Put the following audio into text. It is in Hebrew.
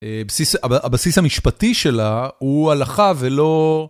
הבסיס המשפטי שלה הוא הלכה ולא...